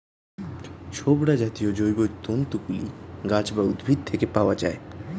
ছোবড়া জাতীয় জৈবতন্তু গুলি গাছ বা উদ্ভিদ থেকে পাওয়া যায়